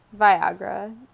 Viagra